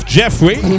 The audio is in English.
Jeffrey